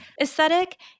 aesthetic